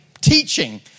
teaching